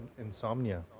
insomnia